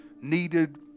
needed